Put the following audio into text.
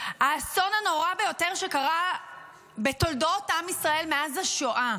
האסון הנורא ביותר שקרה בתולדות עם ישראל מאז השואה,